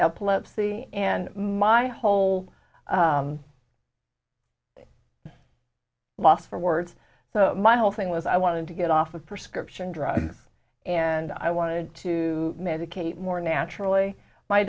epilepsy and my whole a loss for words so my whole thing was i wanted to get off of prescription drugs and i wanted to medicate more naturally my